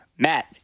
Matt